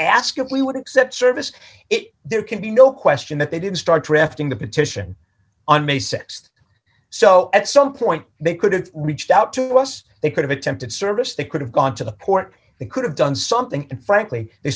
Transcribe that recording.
ask if we would accept service it there can be no question that they didn't start drafting the petition on may th so at some point they could have reached out to us they could've attempted service they could have gone to the port they could have done something and frankly they